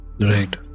Right